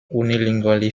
unilingually